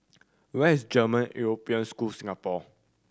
where is German European School Singapore